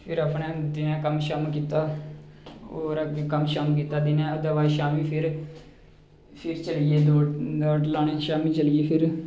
फिर अपने दिनें कम्म शम्म कीता होर अग्गें कम्म शम्म कीता दिनें ओह्दे बाद च शामीं फिर फिर चली गे दौड़ दौड़ लाने गी शामीं चली गे फिर